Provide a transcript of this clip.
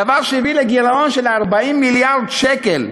דבר שהביא לגירעון של 40 מיליארד שקל,